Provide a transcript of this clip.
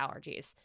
allergies